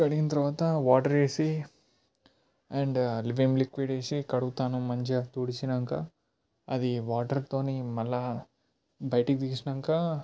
కడిగిన తర్వాత వాటర్ వేసి అండ్ విమ్ లిక్విడ్ వేసి కడుగుతాను మంచిగా తుడిసినాక అది వాటర్తోని మళ్ళా బయటికి తీసినాక